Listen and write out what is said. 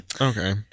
okay